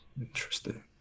interesting